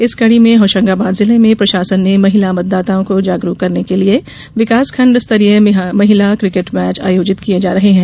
इस कडी में होशंगाबाद जिले में प्रशासन ने महिला मतदाताओं को जागरूक करने के लिये विकासखंड स्तरीय महिला किकेट मैच आयोजित किये जा रहे है